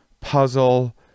puzzle